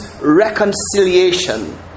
reconciliation